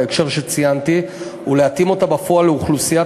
בהקשר שציינתי ולהתאים אותה בפועל לאוכלוסיית